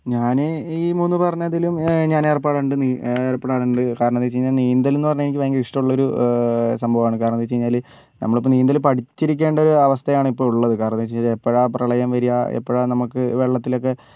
ഞാൻ ഈ മൂന്ന് പറഞ്ഞതിലും ഞാൻ ഏർപ്പെടാറുണ്ട് എർപ്പെടാറുണ്ട് കാരണെന്താ വെച്ച് കഴിഞ്ഞാൽ നീന്തലെന്ന് പറഞ്ഞാൽ എനിക്ക് ഇഷ്ടമുള്ളൊരു സംഭവമാണ് കാരണെന്താ വെച്ചു കഴിഞ്ഞാൽ നമ്മളിപ്പോൾ നീന്തൽ പടിച്ചിരിക്കേണ്ടൊരു അവസ്ഥയാണിപ്പോൾ ഉള്ളത് കാരണെന്താ വെച്ചാൽ എപ്പോഴാണ് പ്രളയം വരാ എപ്പോഴാണ് നമുക്ക് വെള്ളത്തിലൊക്കേ